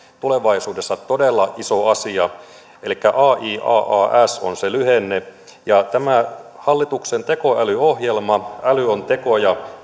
tulevaisuudessa todella iso asia elikkä aiaas on se lyhenne tämä hallituksen tekoälyohjelma äly on tekoja